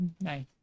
Nice